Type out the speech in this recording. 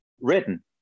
written